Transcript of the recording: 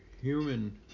human